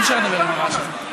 אי-אפשר לדבר ברעש כזה.